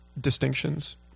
distinctions